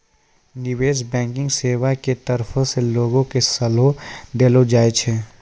निबेश बैंकिग सेबा के तरफो से लोगो के सलाहो देलो जाय छै